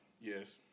Yes